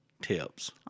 tips